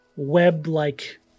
web-like